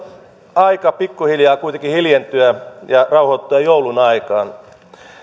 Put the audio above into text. aika pikku hiljaa kuitenkin hiljentyä ja rauhoittua joulun aikaan